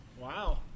Wow